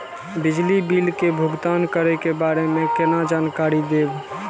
बिजली बिल के भुगतान करै के बारे में केना जानकारी देब?